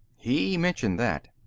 he mentioned that.